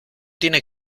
tiene